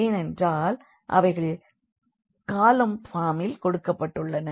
ஏனென்றால் அவைகள் காலம் ஃபார்மில் கொடுக்கப்பட்டுள்ளன